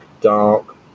dark